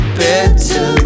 better